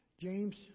James